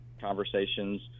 conversations